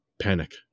Panic